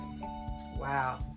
Wow